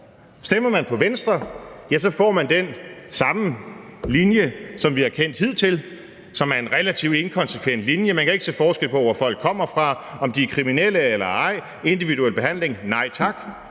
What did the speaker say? Stemmer man på Venstre, får man den samme linje, som vi har kendt hidtil, som er en relativt inkonsekvent linje. Man kan ikke se forskel på, hvor folk kommer fra, om de er kriminelle eller ej, og individuel behandling: nej tak.